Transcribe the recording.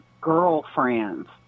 girlfriends